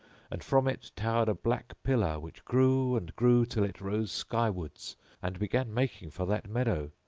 and from it towered a black pillar, which grew and grew till it rose skywards and began making for that meadow.